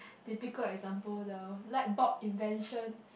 typical example the light bulb invention